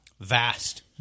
vast